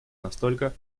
настолько